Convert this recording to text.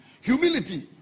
humility